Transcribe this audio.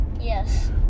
Yes